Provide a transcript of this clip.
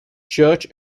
church